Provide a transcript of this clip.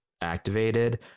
activated